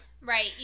Right